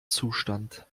zustand